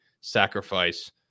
sacrifice